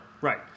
right